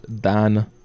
Dan